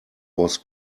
was